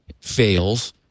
fails